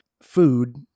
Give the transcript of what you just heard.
food